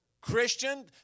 Christian